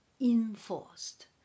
enforced